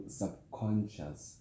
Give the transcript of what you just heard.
subconscious